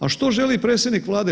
A što želi predsjednik Vlade?